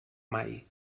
mai